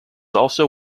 also